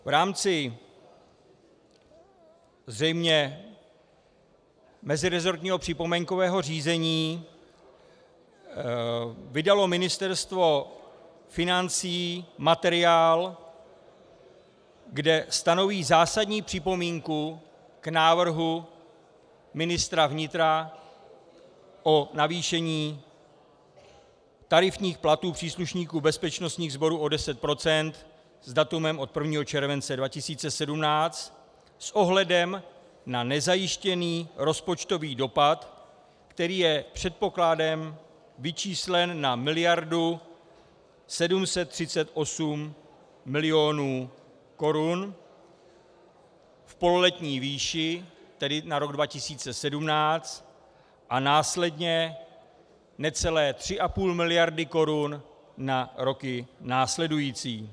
V rámci zřejmě meziresortního připomínkového řízení vydalo Ministerstvo financí materiál, kde stanoví zásadní připomínku k návrhu ministra vnitra o navýšení tarifních platů příslušníků bezpečnostních sborů o 10 procent s datem od 1. července 2017 s ohledem na nezajištěný rozpočtový dopad, který je předpokladem vyčíslen na 1,738 mld. korun v pololetní výši, tedy na rok 2017, a následně necelé 3,5 mld. korun na roky následující.